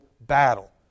battle